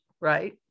right